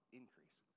increase